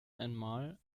einmal